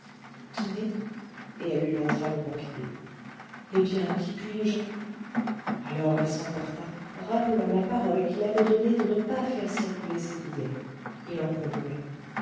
tenez et elle lui montra le papier eh bien qu'y puis-je alors elle s'emporta rappelant la parole qu'il avait donnée de ne pas faire circuler ses billets il en convenait